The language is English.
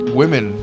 women